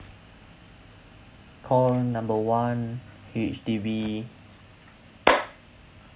call number one H_D_B